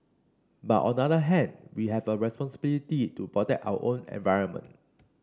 but on the other hand we have a responsibility to protect our own environment